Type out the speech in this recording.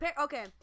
okay